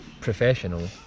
professional